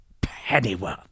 Pennyworth